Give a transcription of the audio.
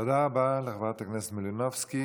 תודה רבה לחברת הכנסת מלינובסקי.